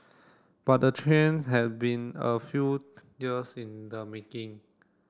but the trends has been a few years in the making